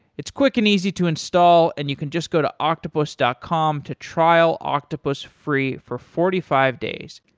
it's quick and easy to install and you can just go to octopus dot com to trial octopus free for forty five days.